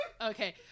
Okay